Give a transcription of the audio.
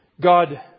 God